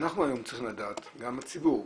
אנחנו היום צריכים לדעת, גם הציבור,